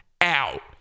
out